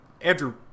Andrew